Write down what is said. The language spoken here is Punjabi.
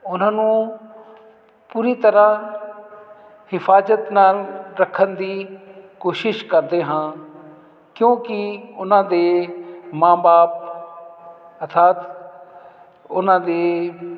ਉਹਨਾਂ ਨੂੰ ਪੂਰੀ ਤਰ੍ਹਾਂ ਹਿਫਾਜ਼ਤ ਨਾਲ ਰੱਖਣ ਦੀ ਕੋਸ਼ਿਸ਼ ਕਰਦੇ ਹਾਂ ਕਿਉਂਕਿ ਉਹਨਾਂ ਦੇ ਮਾਂ ਬਾਪ ਅਰਥਾਤ ਉਹਨਾਂ ਦੇ